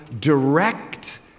direct